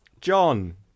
John